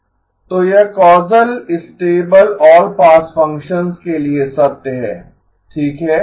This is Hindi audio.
तो यह causal stable all pass functions के लिए सत्य है ठीक है